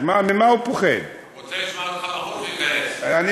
ממה הוא פוחד?